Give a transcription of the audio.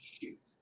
Shoot